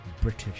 british